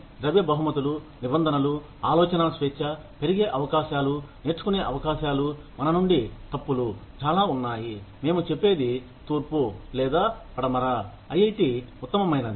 కానీ ద్రవ్య బహుమతులు నిబంధనలు ఆలోచనా స్వేచ్ఛ పెరిగే అవకాశాలు నేర్చుకునే అవకాశాలు మన నుండి తప్పులు చాలా ఉన్నాయి మేము చెప్పేది తూర్పు లేదా పడమర ఐఐటీ ఉత్తమమైనది